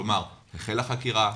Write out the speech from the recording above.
כלומר: החלה חקירה,